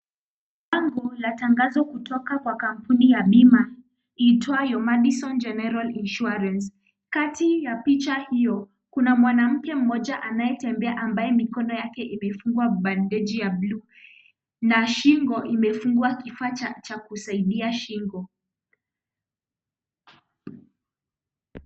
Bango la tangazo kutoka kwa kampuni ya bima iitwayo Madison General Insurance, kati ya picha hiyo kuna mwanamke mmoja anayetembea ambaye mikono yake imefungwa bandeji ya bluu na shingo imefungwa kifaa cha kusaidia shingo.